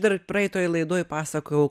dar praeitoj laidoj pasakojau